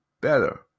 better